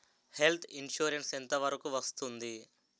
Health insurance ఎంత వరకు వస్తుంది?